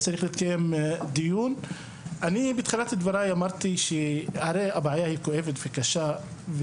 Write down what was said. אמרתי בתחילת דברים שמדובר בבעיה כואבת וקשה,